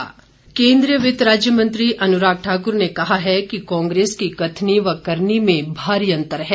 अनुराग ठाकुर केंद्रीय वित्त व राज्य मंत्री अनुराग ठाकुर ने कहा है कि कांग्रेस की कथनी व करनी में भारी अंतर है